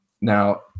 now